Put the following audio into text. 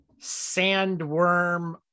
sandworm